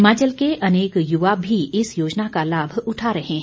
हिमाचल के अनेक युवा भी इस योजना का लाभ उठा रहे है